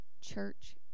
church